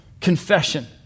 confession